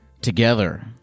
together